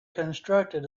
constructed